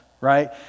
right